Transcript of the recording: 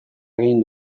egin